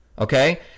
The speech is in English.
okay